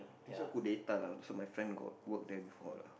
I think so Kudeta ah my friend got work there before lah